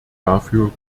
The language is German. dafür